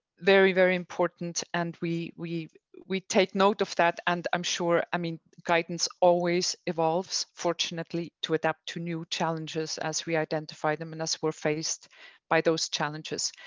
very, very important. and we we we take note of that. and i'm sure i mean, guidance always evolves, fortunately, to adapt to new challenges as we identify them and as we're faced by those challenges.